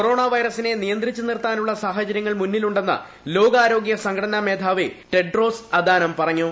corona വൈറസിനെ നിയന്ത്രിച്ച് നിർത്താനുളള സാഹചര്യങ്ങൾ മുന്നിലുണ്ടെന്ന് ലോകാരോഗ്യ സംഘടന മേധാവി ടെഡ്രോസ് അദാനം പറഞ്ഞു